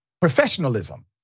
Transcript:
professionalism